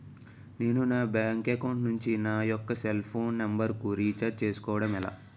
నేను నా bank account నుంచి నా యెక్క సెల్ ఫోన్ నంబర్ కు రీఛార్జ్ చేసుకోవడం ఎలా?